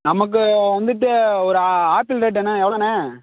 நமக்கு வந்துட்டு ஒரு ஆப்பிள் ரேட் என்ன எவ்வளோண்ணே